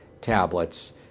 tablets